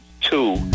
two